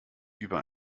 über